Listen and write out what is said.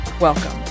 Welcome